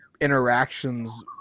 interactions